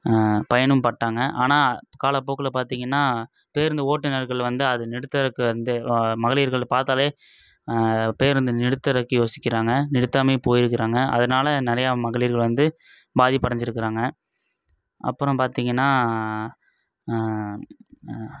பயனும்பட்டாங்க ஆனால் காலப்போக்கில் பார்த்தீங்கன்னா பேருந்து ஓட்டுநர்கள் வந்து அது நிறுத்துவதுக்கு வந்து மகளிர்கள் பார்த்தாலே பேருந்து நிறுத்துவதுக்கு யோசிக்கிறாங்க நிறுத்தாமையே போயிக்கிறாங்க அதனால் நிறையா மகளிர்கள் வந்து பாதிப்படைஞ்சிருக்குறாங்க அப்புறம் பார்த்தீங்கன்னா